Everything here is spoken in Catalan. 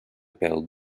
pèl